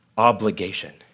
obligation